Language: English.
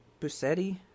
Busetti